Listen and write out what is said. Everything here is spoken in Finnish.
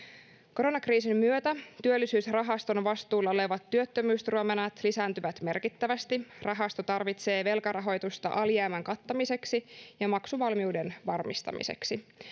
koronakriisin myötä työllisyysrahaston vastuulla olevat työttömyysturvamenot lisääntyvät merkittävästi rahasto tarvitsee velkarahoitusta alijäämän kattamiseksi ja maksuvalmiuden varmistamiseksi